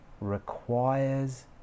requires